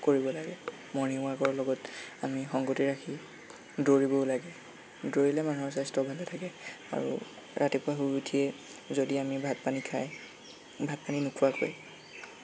কৰিব লাগে মৰ্ণিং ৱাকৰ লগত আমি সংগতি ৰাখি দৌৰিবও লাগে দৌৰিলে মানুহৰ স্বাস্থ্য ভালে থাকে আৰু ৰাতিপুৱা শুই উঠিয়ে যদি আমি ভাত পানী খায় ভাত পানী নোখোৱাকৈ